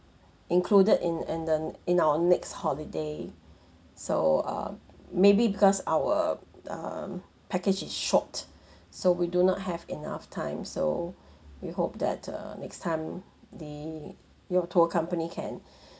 included in and then in our next holiday so um maybe because our um package is short so we do not have enough time so we hope that uh next time the your tour company can